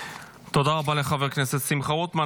תודה רבה לחבר הכנסת שמחה רוטמן.